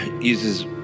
uses